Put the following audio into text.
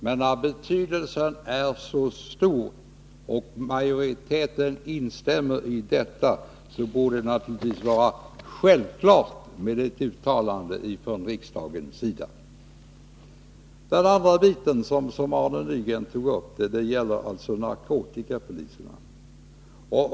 Men när det här är av så stor betydelse och majoriteten stöder, borde det vara självklart att riksdagen gör ett uttalande. Arne Nygren tog sedan upp frågan om narkotikapoliserna.